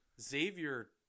xavier